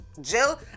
jill